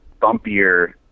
bumpier